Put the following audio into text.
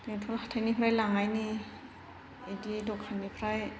बेंथल हाथाइनिफ्राय लांनायनि बेदि दखाननिफ्राय